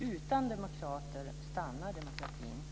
Utan demokrater stannar demokratin.